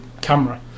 camera